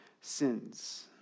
sins